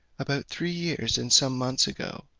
about three years and some months ago,